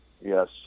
Yes